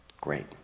Great